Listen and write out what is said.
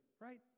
right